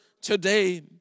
today